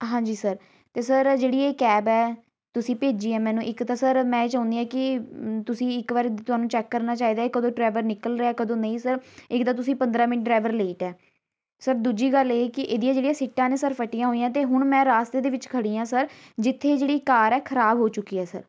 ਹਾਂਜੀ ਸਰ ਤੇ ਸਰ ਆ ਜਿਹੜੀ ਇਹ ਕੈਬ ਹੈ ਤੁਸੀਂ ਭੇਜੀ ਆਂ ਮੈਨੂੰ ਇੱਕ ਤਾਂ ਸਰ ਮੈਂ ਇਹ ਚਾਹੁੰਦੀ ਹਾਂ ਕਿ ਤੁਸੀਂ ਇੱਕ ਵਾਰ ਤੁਹਾਨੂੰ ਚੈੱਕ ਕਰਨਾ ਚਾਹੀਦਾ ਕਦੋਂ ਟਰੈਵਰ ਨਿਕਲ ਰਿਹਾ ਕਦੋਂ ਨਹੀਂ ਸਰ ਇੱਕ ਤਾਂ ਤੁਸੀਂ ਪੰਦਰਾਂ ਮਿੰਟ ਡਰਾਈਵਰ ਲੇਟ ਹੈ ਸਰ ਦੂਜੀ ਗੱਲ ਇਹ ਕਿ ਇਹਦੀਆਂ ਜਿਹੜੀਆਂ ਸੀਟਾਂ ਨੇ ਸਰ ਫਟੀਆਂ ਹੋਈਆਂ ਅਤੇ ਹੁਣ ਮੈਂ ਰਾਸਤੇ ਦੇ ਵਿੱਚ ਖੜੀ ਹਾਂ ਸਰ ਜਿੱਥੇ ਜਿਹੜੀ ਕਾਰ ਹੈ ਖ਼ਰਾਬ ਹੋ ਚੁੱਕੀ ਹੈ ਸਰ